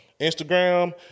Instagram